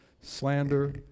slander